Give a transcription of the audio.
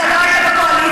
אתה לא היית בקואליציה,